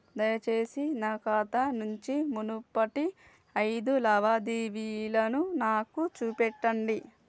దయచేసి నా ఖాతా నుంచి మునుపటి ఐదు లావాదేవీలను నాకు చూపెట్టండి